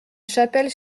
chapelle